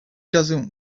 doesn’t